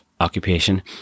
occupation